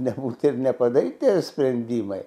nebūt ir nepadaryt tie sprendimai